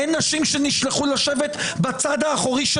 אין נשים שנשלחו לשבת בצד האחורי של